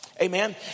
Amen